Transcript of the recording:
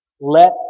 let